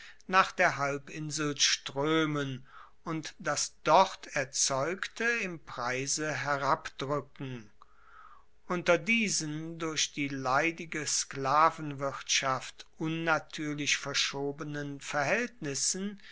nach der halbinsel stroemen und das dort erzeugte im preise herabdruecken unter diesen durch die leidige sklavenwirtschaft unnatuerlich verschobenen verhaeltnissen